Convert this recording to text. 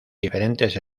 diferentes